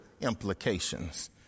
implications